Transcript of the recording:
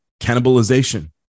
cannibalization